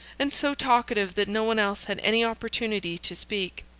and so talkative that no one else had any opportunity to speak.